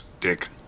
Dick